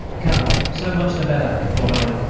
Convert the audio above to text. come, so much the better, thought i.